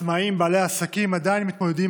העצמאים ובעלי העסקים עדיין מתמודדים